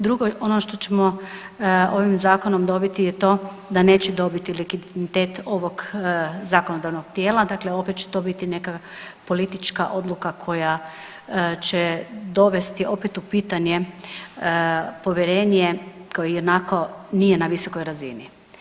Drugo je ono što ćemo ovim zakonom dobiti je to da neće dobiti legitimitet ovog zakonodavnog tijela, dakle opet će to biti neka politička odluka koja će dovesti opet u pitanje povjerenje koje i onako nije na visokoj razini.